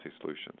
solutions